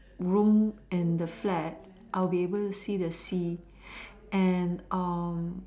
room and the flat I would be able to see the room and